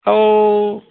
ହଉ